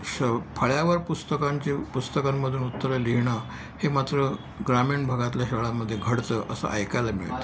श फळ्यावर पुस्तकांचे पुस्तकांमधून उत्तरं लिहिणं हे मात्र ग्रामीण भागातल्या शाळांमध्ये घडतं असं ऐकायला मिळतं